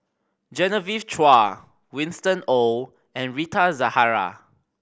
Genevieve Chua Winston Oh and Rita Zahara